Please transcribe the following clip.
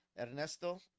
Ernesto